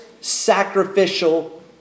sacrificial